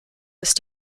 ist